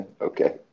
Okay